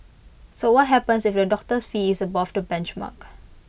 so what happens if A doctor's fee is above the benchmark